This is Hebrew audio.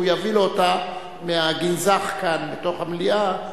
והוא יביא לו אותה מהגנזך כאן בתוך המליאה,